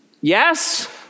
Yes